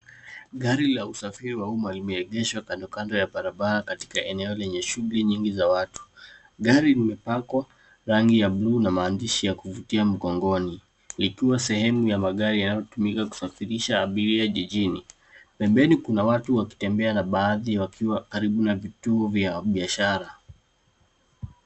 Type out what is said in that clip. Gari la usafiri wa umma limeegeshwa kando kando ya barabara katika eneo lenye shughuli nyingi za watu. Gari limepakwa rangi ya bluu na maandishi ya kuvutia mgongoni likiwa sehemu ya magari yanayotumika kusafirisha abiria jijini. Pembeni kuna watu wakitembea na baadhi wakiwa karibu na vituo vya biashara.